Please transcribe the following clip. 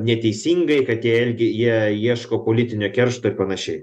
neteisingai kad jie elgė jie ieško politinio keršto ir panašiai